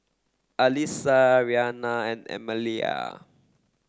Alissa Rhianna and Emilia